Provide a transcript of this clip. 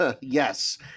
Yes